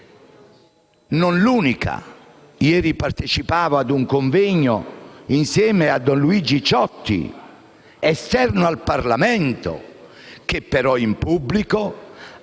ieri ho partecipato a un convegno insieme a don Luigi Ciotti, esterno al Parlamento, che in pubblico ha